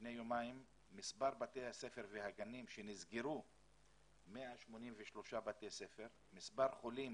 לפני יומיים מספר בתי הספר והגנים שנסגרו הוא 183. מספר חולים